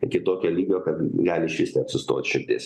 iki tokio lygio kad gali išvis net sustot širdies